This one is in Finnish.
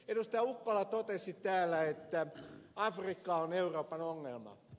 ukkola totesi täällä että afrikka on euroopan ongelma